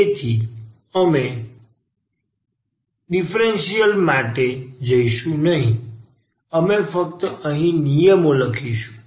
તેથી અમે ડીફરન્સીયલ માટે જઈશું નહીં અમે ફક્ત અહીં નિયમો લખીશું